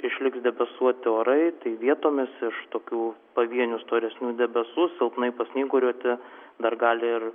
išliks debesuoti orai vietomis iš tokių pavienių storesnių debesų silpnai pasnyguriuoti dar gali ir